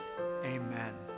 Amen